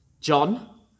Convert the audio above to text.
John